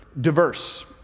diverse